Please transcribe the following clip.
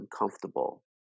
uncomfortable